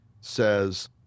says